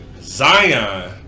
Zion